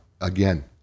again